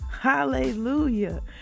Hallelujah